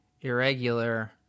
irregular